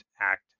act